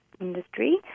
industry